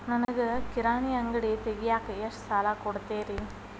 ನನಗ ಕಿರಾಣಿ ಅಂಗಡಿ ತಗಿಯಾಕ್ ಎಷ್ಟ ಸಾಲ ಕೊಡ್ತೇರಿ?